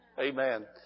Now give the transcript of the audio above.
Amen